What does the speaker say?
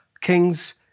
Kings